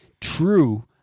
true